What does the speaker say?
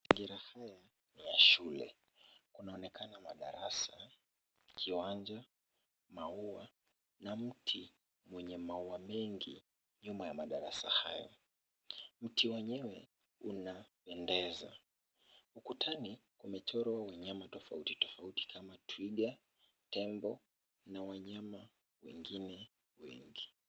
Mazingira haya ni ya shule, kunaonekana madarasa, kiwanja, maua na mti wenye maua mengi nyuma ya madarasa haya, mti wenyewe unapendeza, ukutani kumechorwa wanyama tofauti tofauti kama twiga, tembo na wanyama wengine wengi.